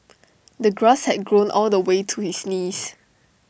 the grass had grown all the way to his knees